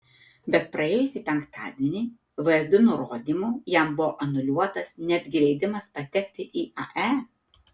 bet praėjusį penktadienį vsd nurodymu jam buvo anuliuotas netgi leidimas patekti į ae